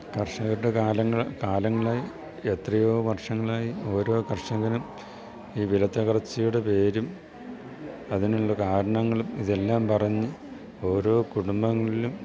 കർഷകരുടെ കാലങ്ങൾ കാലങ്ങളായി എത്രയോ വർഷങ്ങളായി ഓരോ കർഷകനും ഈ വിലത്തകർച്ചയുടെ പേരും അതിനുള്ള കാരണങ്ങളും ഇതെല്ലാം പറഞ്ഞ് ഓരോ കുടുംബങ്ങളിലും